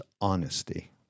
honesty